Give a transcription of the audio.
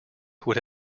would